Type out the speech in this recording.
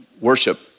worship